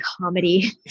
Comedy